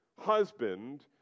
husband